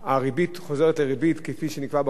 הריבית חוזרת לריבית כפי שנקבע בחוזה,